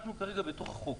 אנחנו כרגע בתוך החוק,